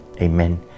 Amen